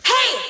Hey